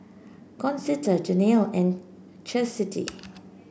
Concetta Janene and Chastity